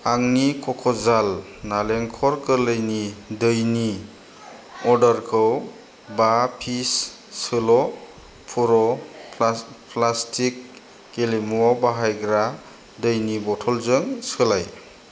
आंनि कक'जाल नालेंखर गोरलैनि दैनि अर्डारखौ बा पिच सोल' पुर' प्लास प्लास्टिक गेलेमुआव बाहायग्रा दैनि बथलजों सोलाय